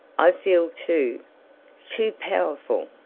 i feel too too powerful!